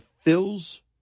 fills